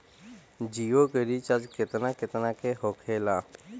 जियो के रिचार्ज केतना केतना के होखे ला?